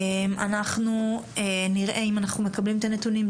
אנחנו נראה אם אנחנו מקבלים את הנתונים,